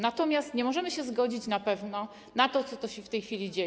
Natomiast nie możemy się zgodzić na pewno na to, co się w tej chwili dzieje.